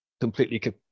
completely